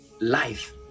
life